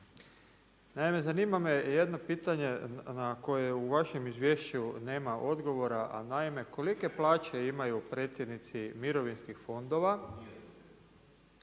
Naime zanima me jedno pitanje na koje u vašem izvješću nema odgovora a naime, kolike plaće imaju predsjednici mirovinskih fondova,